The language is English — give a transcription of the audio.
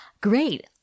Great